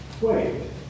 Wait